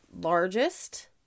largest